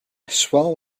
swell